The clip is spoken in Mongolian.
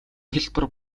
хялбар